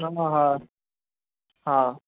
हा हा